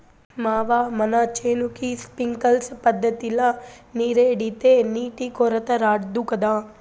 మావా మన చేనుకి సింక్లర్ పద్ధతిల నీరెడితే నీటి కొరత రాదు గదా